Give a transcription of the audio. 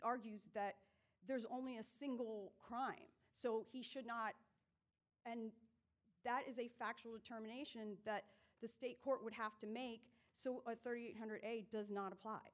argues that there's only a single crime so he should not that is a factual determination that the state court would have to make so a thirty eight hundred eight does not apply